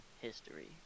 history